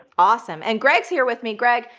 awesome, and greg's here with me. greg,